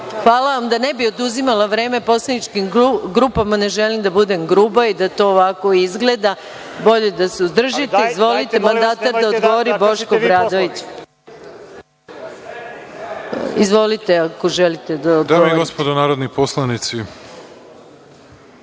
Hvala vam. Da ne bih oduzimala vreme poslaničkim grupama, ne želim da budem gruba i da to ovako izgleda. Bolje da se uzdržite. Izvolite, mandatar da odgovori Bošku Obradoviću. **Aleksandar